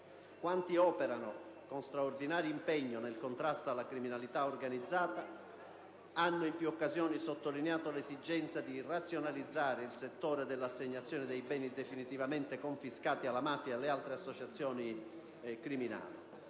Quanti operano, con straordinario impegno, nel contrasto alla criminalità organizzata hanno in più occasioni sottolineato l'esigenza di razionalizzare il settore dell'assegnazione dei beni definitivamente confiscati alla mafia e alle altre associazioni criminali.